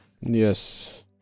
Yes